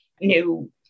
new